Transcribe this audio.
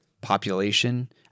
population